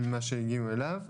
ממה שהגיעו אליו.